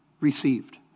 received